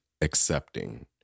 accepting